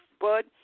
bud